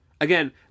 again